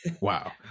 Wow